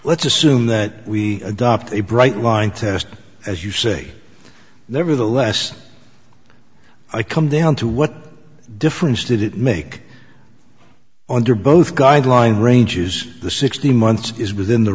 let's assume that we adopt a bright line test as you say nevertheless i come down to what difference did it make under both guideline ranges the sixteen months is within the